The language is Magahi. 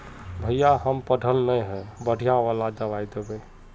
भैया हम पढ़ल न है बढ़िया वाला दबाइ देबे?